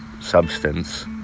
substance